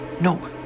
No